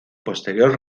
posterior